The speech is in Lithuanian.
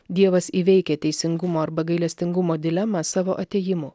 dievas įveikia teisingumo arba gailestingumo dilemą savo atėjimu